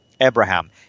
Abraham